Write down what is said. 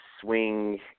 swing